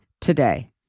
today